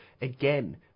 again